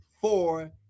four